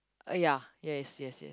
uh ya yes yes yes